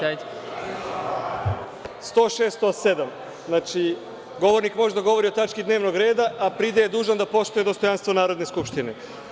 Član 106, 107. govornik može da govori o tački dnevnog reda a pride je dužan da poštuje dostojanstvo Narodne skupštine.